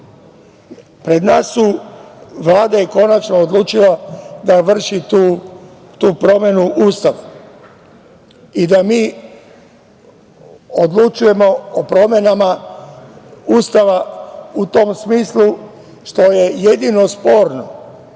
vredeti. Vlada je konačno odlučila da vrši tu promenu Ustava i da mi odlučujemo o promenama Ustava, a u smislu što je jedino sporno,